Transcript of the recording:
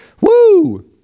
Woo